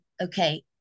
okay